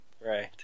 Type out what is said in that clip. Right